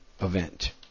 event